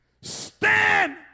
stand